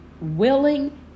willing